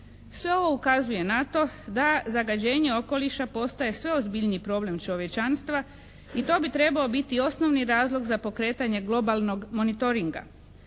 Sve ovo ukazuje na to da zagađenje okoliša postaje sve ozbiljniji problem čovječanstva i to bi trebao biti osnovni razlog za pokretanje globalnog monitoringa.